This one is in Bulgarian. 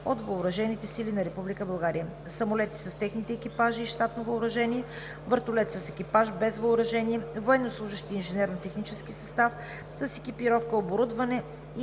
от въоръжените сили на Република България: самолети с техните екипажи и щатно въоръжение; вертолет с екипаж, без въоръжение; военнослужещи инженерно-технически състав с екипировка, оборудване и